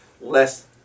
less